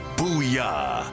Booyah